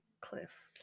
cliff